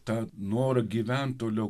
tą norą gyvent toliau